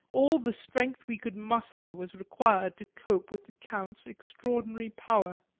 all the strength we could muster was required to cope with the count's extraordinary power.